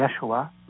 Yeshua